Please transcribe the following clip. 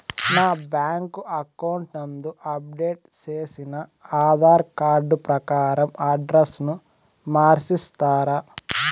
నా bank account నందు update చేసిన ఆధార్ కార్డు ప్రకారం అడ్రస్ ను మార్చిస్తారా?